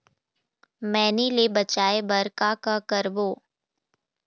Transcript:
मैनी ले बचाए बर का का करबो?